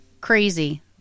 crazy